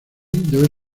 debe